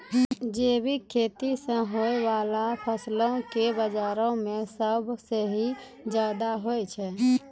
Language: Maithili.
जैविक खेती से होय बाला फसलो के बजारो मे भाव सेहो ज्यादा होय छै